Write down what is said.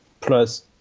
Plus